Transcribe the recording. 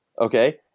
okay